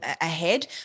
ahead